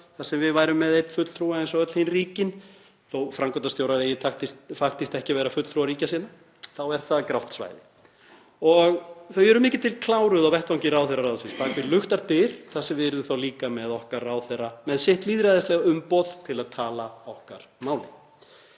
þar sem við værum með einn fulltrúa eins og öll hin ríkin — þó að framkvæmdastjórar eigi faktískt ekki að vera fulltrúar ríkja sinna þá er það grátt svæði — og þau eru mikið til kláruð á vettvangi ráðherraráðsins bak við luktar dyr þar sem við yrðum þá líka með okkar ráðherra með sitt lýðræðislega umboð til að tala okkar máli.